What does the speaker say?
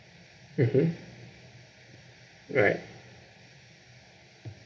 mmhmm alright